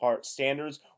standards